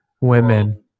Women